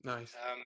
Nice